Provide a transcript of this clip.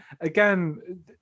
again